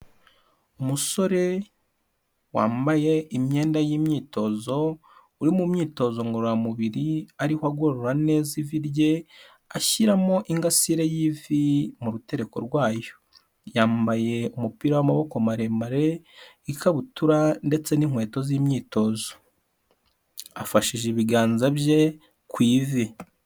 Umusore wambaye imyenda y'imyitozo, uri mu myitozo ngororamubiri, ariho agorora neza ivi rye, ashyiramo ingasire y'ivi mu rutereko rwayo. Yambaye umupira w'amaboko maremare, ikabutura ndetse n'inkweto z'imyitozo. Afashije ibiganza bye ku ivi.